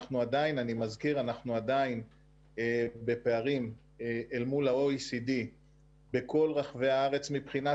אני מזכיר שאנחנו עדיין בפערים אל מול ה-OECD בכל רחבי הארץ מבחינת